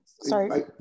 Sorry